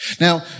Now